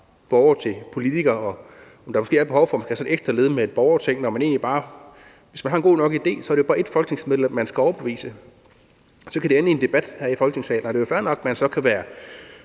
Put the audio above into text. og derefter nævne, om der måske er behov for, at man skal have et ekstra led med et borgerting, når man egentlig bare, hvis man har en god nok idé, skal overbevise ét enkelt folketingsmedlem. Så kan det ende i en debat her i Folketingssalen. Og det er jo fair nok, at man så kan være